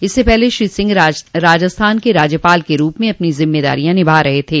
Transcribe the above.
इससे पहले श्री सिंह राजस्थान के राज्यपाल के रूप में अपनी जिम्मेदारियां निभा रहे थे